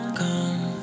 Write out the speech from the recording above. come